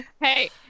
Hey